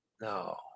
No